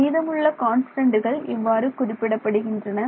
மீதமுள்ள கான்ஸ்டன்ட்கள் இவ்வாறு குறிப்பிடப்படுகின்றன